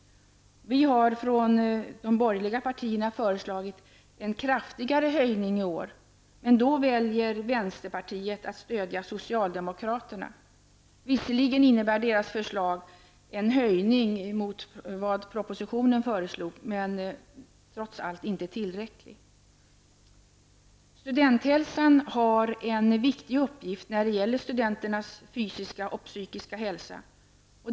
Vi har från de borgerliga partiernas sida föreslagit en kraftigare höjning i år, men då väljer vänsterpartiet att stödja socialdemokraterna. Visserligen innebär vänsterpartiets förslag en höjning i förhållande till propositionens förslag, men den är trots allt inte tillräcklig. Studenthälsan har en viktig uppgift när det gäller studenternas fysiska och psykiska hälsa.